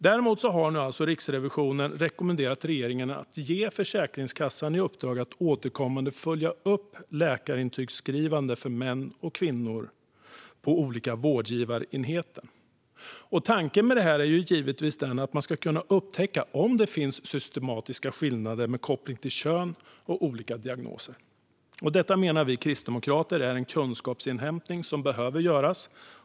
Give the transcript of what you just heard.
Däremot har nu Riksrevisionen rekommenderat regeringen att ge Försäkringskassan i uppdrag att återkommande följa upp läkarintygsskrivande för män och kvinnor på olika vårdgivarenheter. Tanken med det är givetvis att man ska kunna upptäcka om det finns systematiska skillnader med koppling till kön och olika diagnoser. Detta menar vi kristdemokrater är en kunskapsinhämtning som behöver göras.